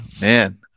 man